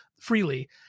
freely